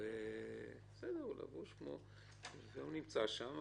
הוא נמצא שם,